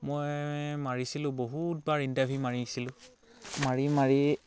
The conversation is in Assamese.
মই মাৰিছিলোঁ বহুত বাৰ ইণ্টাৰভিউ মাৰিছিলোঁ মাৰি মাৰি